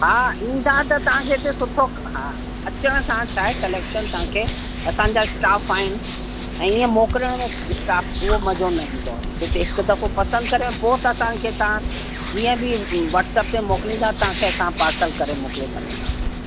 हा ईंदा त तव्हांखे हिते सुठो हा अचण सां छा आहे कलेक्शन तव्हांखे असांजा स्टाफ़ आहिनि ऐं हीअं मोकिलण में स्टाफ़ उहो मज़ो न ईंदो हिते हिकु दफ़ो पसंदि करे पोइ त असांखे तव्हां जीअं बि वट्सप ते मोकिलींदा तव्हांखे असां पार्सल करे मोकिले छॾींदासीं